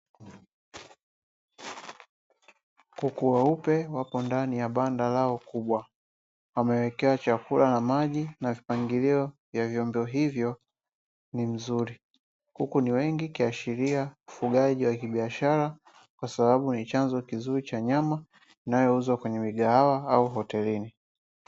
Kuku weupe wapo ndani ya banda lao kubwa, wamewekewa chakula na maji, mpangilio wa vyombo hivyo ni mzuri. Kuku ni wengi, ikiashiria ni chanzo kizuri cha nyama inayouzwa kwenye migahawa au hotelini.